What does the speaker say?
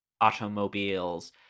automobiles